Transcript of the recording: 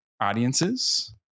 audiences